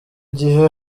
gihe